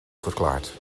verklaard